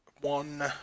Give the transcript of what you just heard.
one